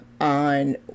on